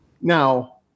now